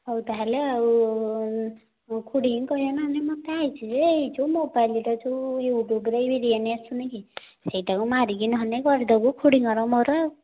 ହଉ ତାହେଲେ ଆଉ ଖୁଡ଼ିଙ୍କୁ କହିବା ନହେଲେ ମୋତେ ଆଇଛି ଯେ ଏ ଯେଉଁ ମୋବାଇଲରେ ଯେଉଁ ୟୁଟୁବ୍ରେ ବିରିୟାନୀ ଆସୁନି କି ସେଇଟାକୁ ମାରିକି ନହେଲେ କରିଦେବୁ ଖୁଡ଼ିଙ୍କର ମୋର ଆଉ